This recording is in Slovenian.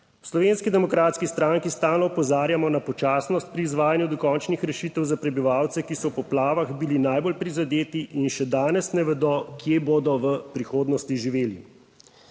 Slovenski demokratski stranki stalno opozarjamo na počasnost pri izvajanju dokončnih rešitev za prebivalce, ki so v poplavah bili najbolj prizadeti in še danes ne vedo, kje bodo v prihodnosti živeli.